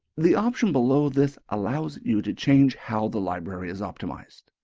the option below this allows you to change how the library is optimized.